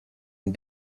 and